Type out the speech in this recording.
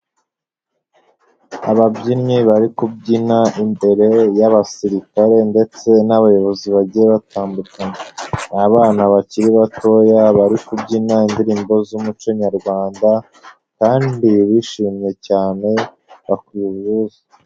Ababyinnyi bari kubyina imbere y'abasirikare ndetse n'abayobozi bajye batandukanye. Ni abana bakiri batoya bari kubyina indirimbo z'umuconyarwanda kandi bishimye cyane beza.